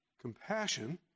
compassion